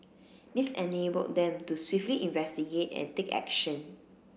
this enabled them to swiftly investigate and take action